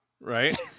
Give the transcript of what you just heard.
Right